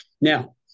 Now